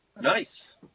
Nice